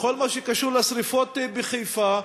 בכל מה שקשור לשרפות בחיפה,